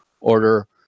order